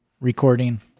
recording